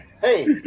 Hey